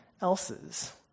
else's